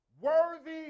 worthy